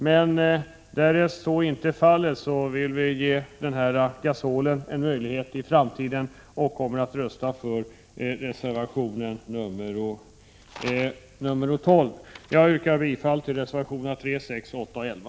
Men därest så inte är fallet vill vi ge gasolen en möjlighet i framtiden, och vi kommer att rösta för reservation 12. Jag yrkar bifall till reservationerna 3, 6, 8 och 11.